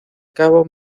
cabo